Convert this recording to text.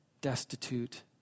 destitute